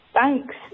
Thanks